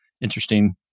interesting